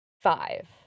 five